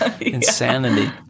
insanity